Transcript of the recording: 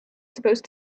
supposed